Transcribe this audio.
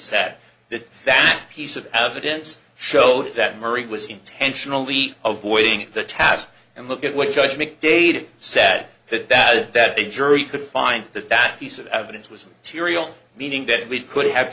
said that that piece of evidence showed that murray was intentionally avoiding the task and look at what judge mcdade said that that that a jury could find that that piece of evidence was tiriel meaning that we could have